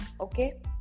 okay